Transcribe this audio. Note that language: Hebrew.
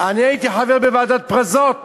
אני הייתי חבר בוועדת "פרזות".